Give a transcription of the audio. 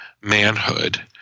manhood